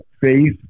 faith